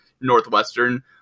Northwestern